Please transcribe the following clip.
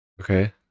Okay